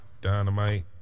dynamite